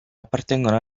appartengono